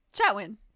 chatwin